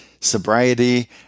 sobriety